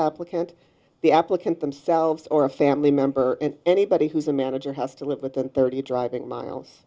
applicant the applicant themselves or a family member and anybody who's a manager has to live within thirty driving miles